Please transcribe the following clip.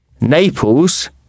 Naples